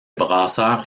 brasseurs